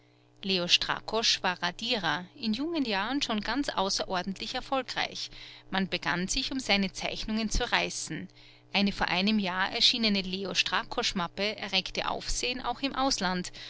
leo strakosch war radierer in jungen jahren schon ganz außerordentlich erfolgreich man begann sich um seine zeichnungen zu reißen eine vor einem jahr erschienene leo strakosch mappe erregte aufsehen auch im ausland